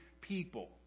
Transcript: people